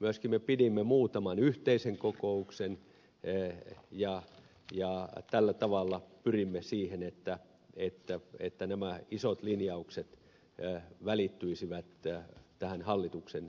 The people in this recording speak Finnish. myöskin me pidimme muutaman yhteisen kokouksen ja tällä tavalla pyrimme siihen että nämä isot linjaukset välittyisivät tähän hallituksen työhön